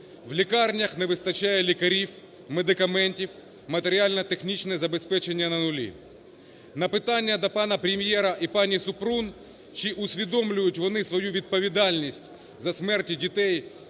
в лікарнях не вистачає лікарів, медикаментів, матеріально-технічне забезпечення на нулі. На питання до пана прем'єра і пані Супрун, чи усвідомлюють вони свою відповідальність за смерті дітей